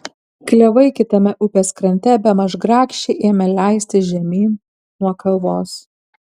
klevai kitame upės krante bemaž grakščiai ėmė leistis žemyn nuo kalvos